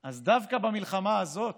אז דווקא במלחמה הזאת